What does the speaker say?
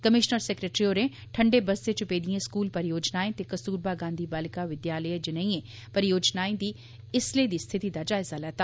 commissioner secretary होरें ठंउे बस्ते च पेदिएं स्कूल परियोजनाएं ते कस्तूरबा गांधी बालिका विद्यालय जनेइएं परियोजनाएं दी इसलै दी स्थिति दा जायजा लैता